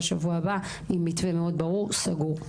בשבוע הבא עם מתווה מאוד ברור וסגור.